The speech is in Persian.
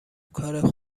کار